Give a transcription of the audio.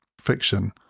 fiction